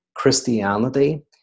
Christianity